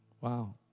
Wow